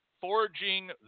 forging